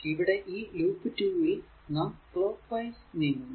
ഇനി ഈ ലൂപ്പ് 2 ൽ നാം ക്ലോക്ക് വൈസ് നീങ്ങുന്നു